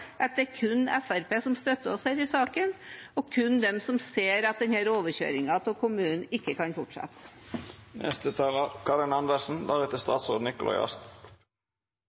det kun er Fremskrittspartiet som støtter oss i denne saken, og kun de som ser at denne overkjøringen av kommunene ikke kan fortsette.